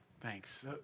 Thanks